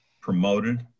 promoted